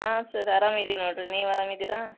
ಹಾಂ ಸರ್ ಆರಾಮ ಇದಿವಿ ನೋಡ್ರಿ ನೀವು ಆರಾಮ ಇದ್ದೀರಾ